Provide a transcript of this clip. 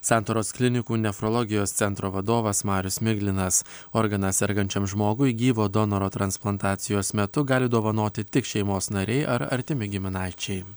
santaros klinikų nefrologijos centro vadovas marius miglinas organą sergančiam žmogui gyvo donoro transplantacijos metu gali dovanoti tik šeimos nariai ar artimi giminaičiai